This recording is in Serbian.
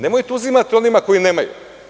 Nemojte uzimati onima koji nemaju.